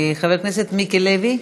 חבר הכנסת מיקי לוי,